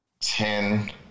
ten